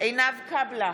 עינב קאבלה,